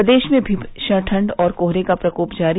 प्रदेश में भीषण ठंड और कोहरे का प्रकोप जारी